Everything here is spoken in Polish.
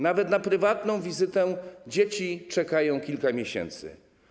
Nawet na prywatną wizytę dzieci czekają kilka miesięcy.